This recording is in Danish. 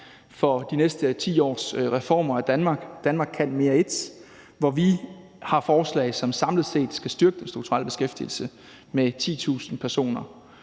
for de næste 10 års reformer af Danmark: »Danmark kan mere I«. Der har vi forslag, som samlet set skal styrke den strukturelle beskæftigelse med 10.000 personer.